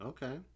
Okay